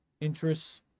interests